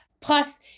Plus